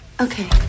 Okay